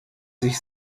sich